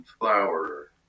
Flower